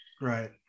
right